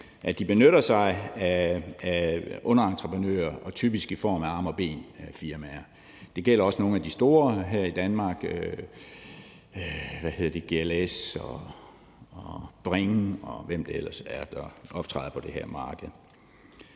de benytter sig af underentreprenører og typisk i form af arme og ben-firmaer. Det gælder også nogle af de store her i Danmark, GLS og Bring, og hvem det ellers er, der optræder på det her marked.